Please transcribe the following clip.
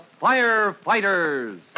Firefighters